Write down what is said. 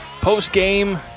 post-game